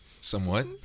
somewhat